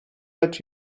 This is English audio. let